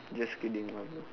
just kidding lah bro